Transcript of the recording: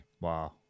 Wow